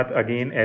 again